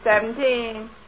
Seventeen